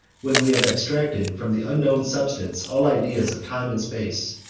when we have abstracted from the unknown substance all ideas of time and space,